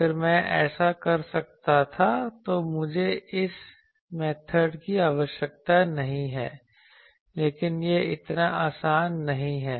अगर मैं ऐसा कर सकता था तो मुझे इस मेथड की आवश्यकता नहीं है लेकिन यह इतना आसान नहीं है